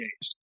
days